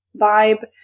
vibe